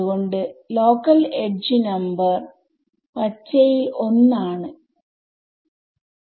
അത്കൊണ്ട് local edge number പച്ചയിൽ 1 ആണ്